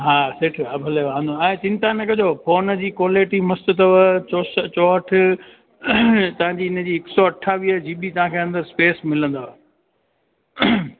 हा सेठ हा भले हाणे चिंता न कजो फोन जी क्वालिटी मस्तु अथव चोसठ चोहठि तव्हांजी हिनजी हिकु सौ अठावीह जीबी तव्हांखे स्पेस मिलंदव